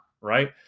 right